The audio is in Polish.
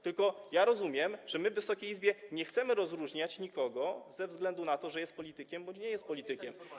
Tylko rozumiem, że my w Wysokiej Izbie nie chcemy rozróżniać nikogo ze względu na to, czy jest politykiem, czy nie jest politykiem.